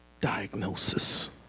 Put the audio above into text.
diagnosis